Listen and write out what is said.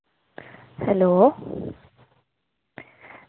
hello